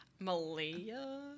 Malia